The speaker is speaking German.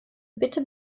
bitte